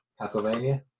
Castlevania